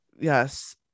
yes